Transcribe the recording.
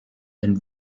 and